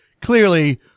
Clearly